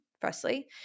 firstly